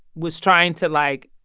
was trying to, like,